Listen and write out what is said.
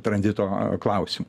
tranzito klausimu